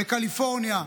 בקליפורניה,